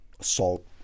assault